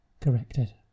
corrected